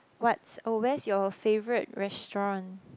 what's oh where's your favourite restaurant